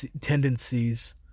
tendencies